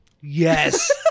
Yes